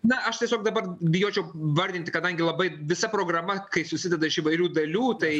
na aš tiesiog dabar bijočiau vardinti kadangi labai visa programa kai susideda iš įvairių dalių tai